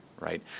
right